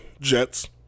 Jets